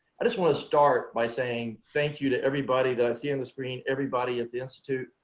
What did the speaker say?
i just want to start by saying thank you to everybody that i see on the screen. everybody at the institute,